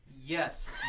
Yes